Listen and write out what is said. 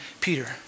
Peter